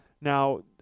Now